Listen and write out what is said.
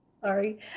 Sorry